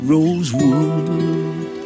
Rosewood